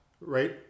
right